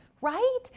right